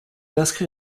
inscrit